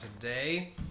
today